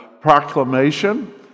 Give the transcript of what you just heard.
proclamation